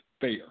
fair